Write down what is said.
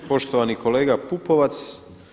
Poštovani kolega Pupovac.